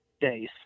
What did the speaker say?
days